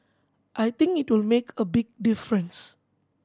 I think it will make a big difference